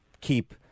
keep